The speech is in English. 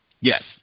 Yes